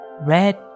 red